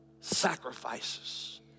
Sacrifices